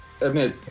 admit